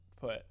put